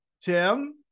Tim